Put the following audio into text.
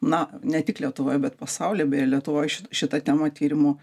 na ne tik lietuvoj bet pasauly beje lietuvoj ši šita tema tyrimų